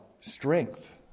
strength